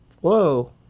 Whoa